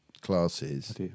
classes